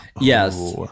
Yes